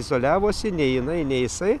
izoliavosi nei jinai nei jisai